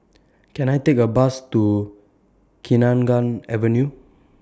Can I Take A Bus to Kenanga Avenue